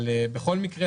בכל מקרה,